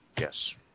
Yes